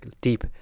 deep